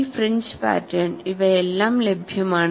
ഈ fringe pattern ഇവയെല്ലാം ലഭ്യമാണ്